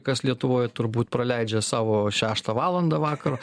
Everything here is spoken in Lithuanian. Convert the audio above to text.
kas lietuvoj turbūt praleidžia savo šeštą valandą vakaro